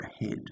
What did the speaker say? ahead